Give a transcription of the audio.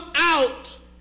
out